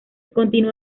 continuó